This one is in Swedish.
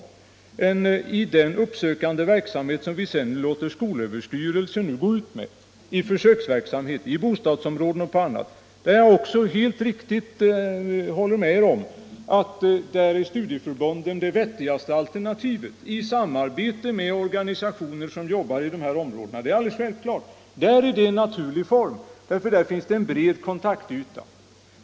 Beträffande den uppsökande verksamhet som vi föreslår att skolöverstyrelsen skall gå ut med i försöksverksamhet, i bostadsområden m.m. håller jag helt med om att studieförbunden — i samarbete med organisationer som är verksamma i dessa områden -— är det vettigaste alternativet. Där är insatser genom studieförbunden en naturlig form, för där finns en naturlig kontaktyta.